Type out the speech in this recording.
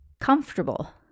comfortable